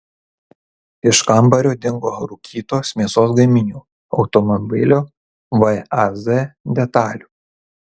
iš kambario dingo rūkytos mėsos gaminių automobilio vaz detalių